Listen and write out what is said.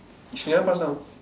she never pass down